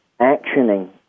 actioning